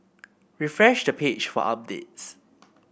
refresh the page for updates